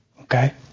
okay